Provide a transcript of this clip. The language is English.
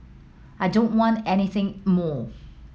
I don't want anything more